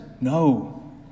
No